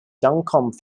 duncombe